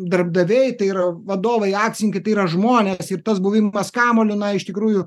darbdaviai tai yra vadovai akcininkai tai yra žmonės ir tas buvimas kamuoliu na iš tikrųjų